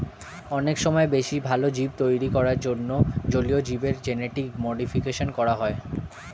অনেক সময় বেশি ভালো জীব তৈরী করার জন্যে জলীয় জীবের জেনেটিক মডিফিকেশন করা হয়